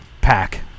pack